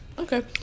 okay